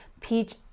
peach